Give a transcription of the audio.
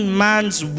man's